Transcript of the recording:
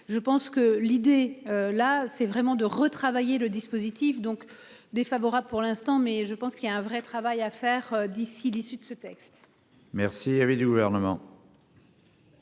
je pense que l'idée là c'est vraiment de retravailler le dispositif donc défavorable pour l'instant mais je pense qu'il y a un vrai travail à faire d'ici l'issue de ce texte. Merci avait du gouvernement.